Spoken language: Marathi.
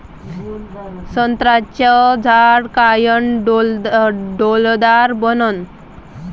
संत्र्याचं झाड कायनं डौलदार बनन?